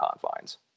confines